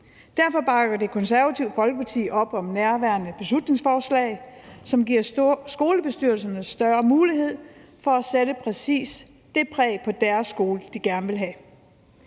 Derfor bakker Det Konservative Folkeparti op om nærværende beslutningsforslag, som giver skolebestyrelserne større mulighed for at sætte præcis det præg på deres skole, de gerne vil have.